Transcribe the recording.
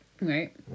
right